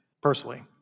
personally